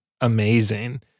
amazing